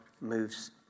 moves